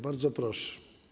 Bardzo proszę.